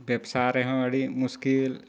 ᱵᱮᱵᱽᱥᱟ ᱨᱮᱦᱚᱸ ᱟᱹᱰᱤ ᱢᱩᱥᱠᱤᱞ